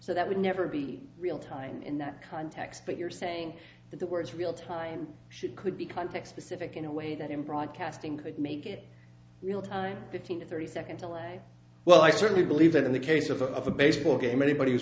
so that would never be real time in that context but you're saying that the words real time should could become tech specific in a way that in broadcasting could make it real time fifteen or thirty seconds away well i certainly believe that in the case of a baseball game anybody w